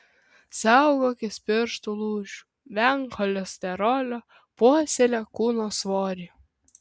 saugokis pirštų lūžių venk cholesterolio puoselėk kūno svorį